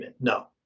No